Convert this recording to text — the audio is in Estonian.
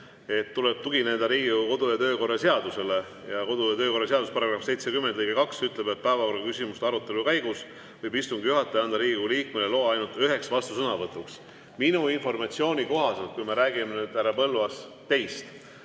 tuleb tugineda Riigikogu kodu‑ ja töökorra seadusele. Ja kodu‑ ja töökorra seaduse § 70 lõige 2 ütleb, et päevakorraküsimuse arutelu käigus võib istungi juhataja anda Riigikogu liikmele loa ainult üheks vastusõnavõtuks. Minu informatsiooni kohaselt, kui me räägime nüüd, härra Põlluaas, teist,